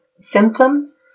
symptoms